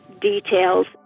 details